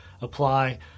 apply